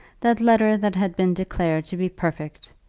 that letter that had been declared to be perfect,